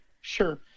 Sure